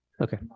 okay